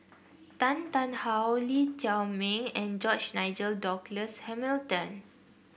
Tan Tarn How Lee Chiaw Meng and George Nigel Douglas Hamilton